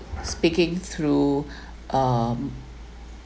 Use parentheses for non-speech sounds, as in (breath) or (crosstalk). speaking through (breath) um